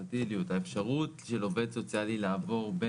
האפשרות של עובד סוציאלי לעבור,